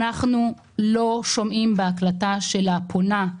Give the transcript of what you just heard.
אנחנו לא שומעים בהקלטה של הפונה,